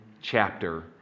chapter